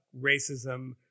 racism